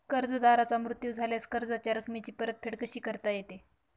कर्जदाराचा मृत्यू झाल्यास कर्जाच्या रकमेची परतफेड कशी करता येते?